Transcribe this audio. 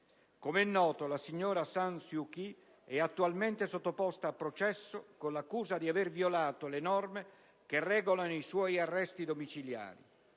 Come noto, la signora San Suu Kyi è attualmente sottoposta a processo con l'accusa di aver violato le norme che regolano i suoi arresti domiciliari.